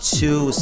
two